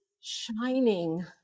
shining